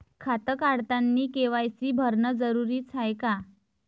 खातं काढतानी के.वाय.सी भरनं जरुरीच हाय का?